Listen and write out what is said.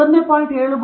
7 ರಿಂದ 0